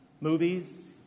movies